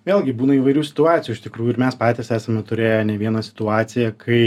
vėlgi būna įvairių situacijų iš tikrųjų ir mes patys esame turėję ne vieną situaciją kai